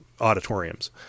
auditoriums